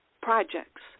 projects